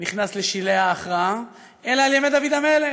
נכנס לשלהי ההכרעה אלא על ימי דוד המלך.